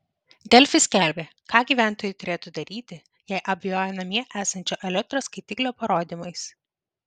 delfi skelbė ką gyventojai turėtų daryti jei abejoja namie esančio elektros skaitiklio parodymais